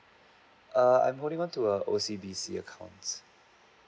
err I am holding on to a O_C_B_C accounts